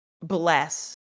Bless